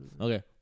Okay